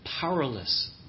powerless